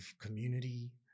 community